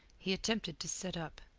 he attempted to sit up.